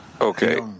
Okay